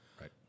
right